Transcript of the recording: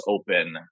open